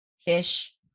fish